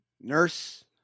nurse